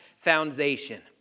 foundation